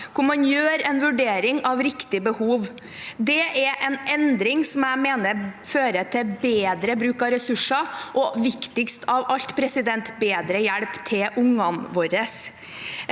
hvor man gjør en vurdering av riktig behov. Det er en endring jeg mener fører til bedre bruk av ressurser og – viktigst av alt – bedre hjelp til ungene våre.